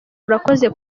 urakoze